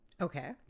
Okay